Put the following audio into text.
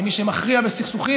כמי שמכריע בסכסוכים,